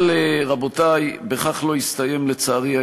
אבל, רבותי, בכך לא הסתיים העניין, לצערי.